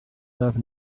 love